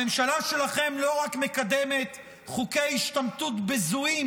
הממשלה שלכם לא רק מקדמת חוקי השתמטות בזויים